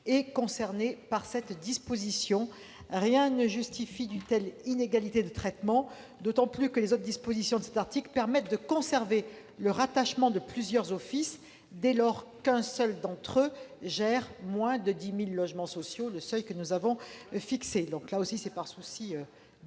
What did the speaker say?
est concerné par cette disposition. Rien ne justifie une telle inégalité de traitement, d'autant que les autres dispositions de cet article permettent de conserver le rattachement de plusieurs offices dès lors qu'un seul d'entre eux gère moins de 10 000 logements sociaux, soit le seuil que nous avons fixé. Par souci d'équité,